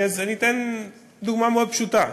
אני אתן דוגמה מאוד פשוטה: